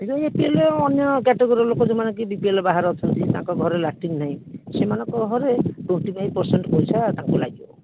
ଏଇ ଯେଉଁ ଏପିଏଲ ଅନ୍ୟ କେଟଗୋରୀର ଲୋକ ଯେଉଁମାନେ କି ବିପିଏଲ ବାହାରେ ଅଛନ୍ତି ତାଙ୍କ ଘରେ ଲାଟିନ୍ ନାହିଁ ସେମାନଙ୍କ ଘରେ ଟ୍ୱେଣ୍ଟି ଫାଇଫ ପରସେଣ୍ଟ ପଇସା ତାଙ୍କୁ ଲାଗିବ